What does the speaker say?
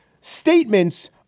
statements